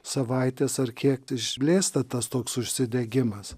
savaitės ar kiek išblėsta tas toks užsidegimas